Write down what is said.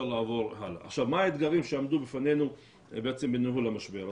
מה האתגרים שעמדו בפנינו בניהול המשבר?